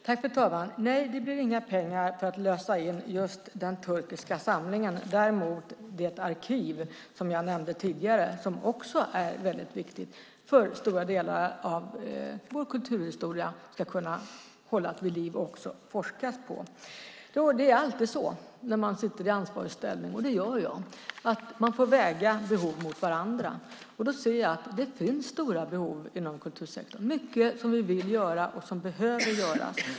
Fru talman! Nej, det blir inga pengar just för att lösa in den turkiska samlingen. Däremot blir det pengar till det arkiv som jag nämnde tidigare och som också är viktigt för stora delar av vår kulturhistoria om den ska kunna hållas vid liv och forskas på. Det är alltid så när man sitter i ansvarig ställning - och det gör jag - att man får väga behov mot varandra. Då ser jag att det finns stora behov inom kultursektorn. Det är mycket som vi vill göra och som behöver göras.